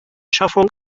schaffung